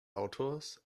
autors